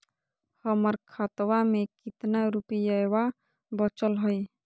हमर खतवा मे कितना रूपयवा बचल हई?